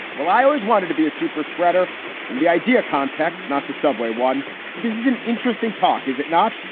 well, i always wanted to be a super spreader in the idea context, not the subway one. this is an interesting talk. is it not?